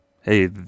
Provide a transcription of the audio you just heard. hey